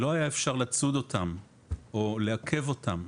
שלא אפשר היה לצוד אותם או לעכב אותם